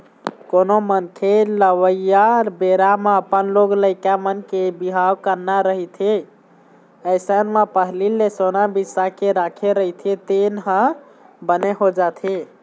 कोनो मनखे लअवइया बेरा म अपन लोग लइका मन के बिहाव करना रहिथे अइसन म पहिली ले सोना बिसा के राखे रहिथे तेन ह बने हो जाथे